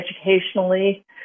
educationally